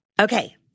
Okay